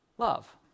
Love